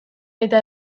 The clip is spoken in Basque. eta